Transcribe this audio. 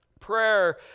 prayer